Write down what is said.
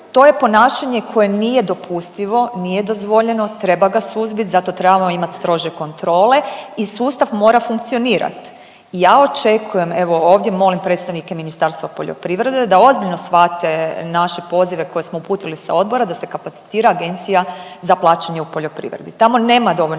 to je ponašanje koje nije dopustivo, nije dozvoljeno, treba ga suzbit, zato trebamo imat strože kontrole i sustav mora funkcionirat i ja očekujem evo ovdje molim predstavnike Ministarstva poljoprivrednike da ozbiljno shvate naše pozive koje smo uputili sa odbora da se kapacitira Agencija za plaćanje u poljoprivredi. Tamo nema dovoljno